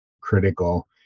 critical